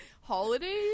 holidays